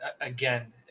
again